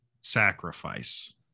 sacrifice